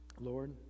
Lord